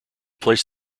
placed